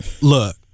Look